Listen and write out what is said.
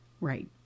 Right